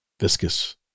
viscous